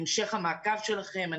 המשך המעקב שלכם.